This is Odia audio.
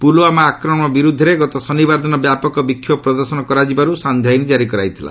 ପୁଲୁଓ୍ୱାମା ଆକ୍ରମଣ ବିରୁଦ୍ଧରେ ଗତ ଶନିବାର ଦିନ ବ୍ୟାପକ ବିକ୍ଷୋଭ ପ୍ରଦର୍ଶନ କରାଯିବାରୁ ସଂକ୍ଷ୍ୟ ଆଇନ୍ ଜାରି କରାଯାଇଥିଲା